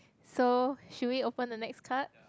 so should we open the next card